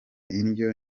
indyo